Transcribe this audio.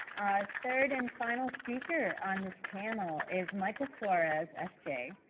our third and final speaker on this panel, is michael suarez, s j.